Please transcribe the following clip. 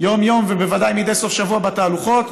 יום-יום ובוודאי מדי סוף שבוע בתהלוכות,